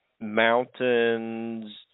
mountains